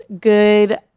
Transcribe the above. good